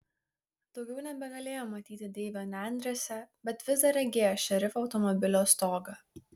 daugiau nebegalėjo matyti deivio nendrėse bet vis dar regėjo šerifo automobilio stogą